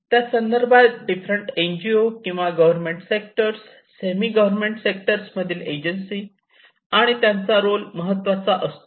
त्यासंदर्भात different NGO किंवा government sector semi government sector मधील एजन्सी आणि त्यांचा रोल महत्त्वाचा असतो